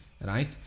right